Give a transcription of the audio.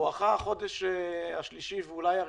בואכה החודש השלישי ואולי הרביעי,